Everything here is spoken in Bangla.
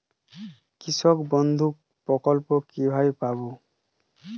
কৃষকবন্ধু প্রকল্প কিভাবে পাব?